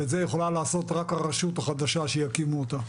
ואת זה יכולה לעשות רק הרשות החדשה כשיקימו אותה.